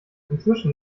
inzwischen